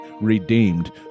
redeemed